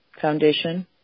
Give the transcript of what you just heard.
Foundation